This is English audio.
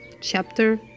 chapter